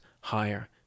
higher